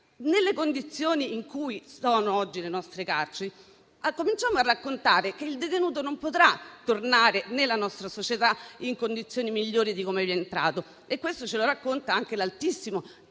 nelle condizioni in cui versano oggi le nostre carceri, cominciamo a raccontare che il detenuto non potrà tornare nella nostra società in condizioni migliori di come vi è entrato e questo ce lo racconta anche l'altissimo tasso